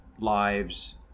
lives